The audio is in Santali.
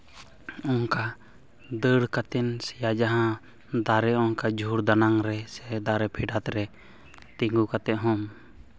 ᱚᱱᱠᱟ ᱫᱟᱹᱲ ᱠᱟᱛᱮᱫ ᱥᱮ ᱡᱟᱦᱟᱸ ᱫᱟᱨᱮ ᱚᱱᱠᱟ ᱡᱷᱩᱲ ᱫᱟᱱᱟᱝ ᱨᱮ ᱥᱮ ᱫᱟᱨᱮ ᱯᱷᱮᱰᱟᱛ ᱨᱮ ᱛᱤᱜᱩ ᱠᱟᱛᱮᱫ ᱦᱚᱢ